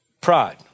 Pride